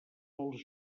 els